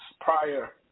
prior